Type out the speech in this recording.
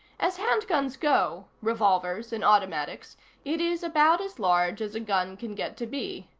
as handguns go revolvers and automatics it is about as large as a gun can get to be.